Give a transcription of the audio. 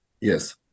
Yes